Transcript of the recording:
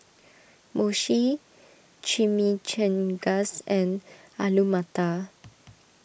Mochi Chimichangas and Alu Matar